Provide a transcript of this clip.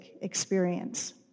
experience